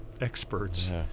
experts